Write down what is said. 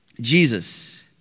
Jesus